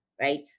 right